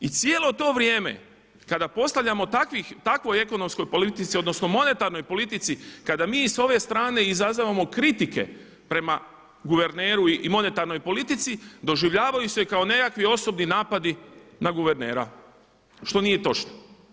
I cijelo to vrijeme kada postavljamo takvoj ekonomskoj politici, odnosno monetarnoj politici, kada mi s ove strane izazovemo kritike prema guverneru i monetarnoj politici doživljavaju se kao nekakvi osobni napadi na guvernera što nije točno.